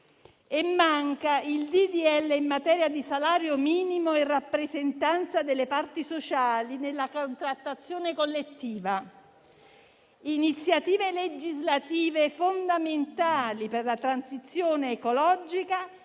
di legge in materia di salario minimo e rappresentanza delle parti sociali nella contrattazione collettiva. Si tratta di iniziative legislative fondamentali per la transizione ecologica